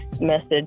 message